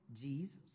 Jesus